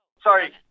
sorry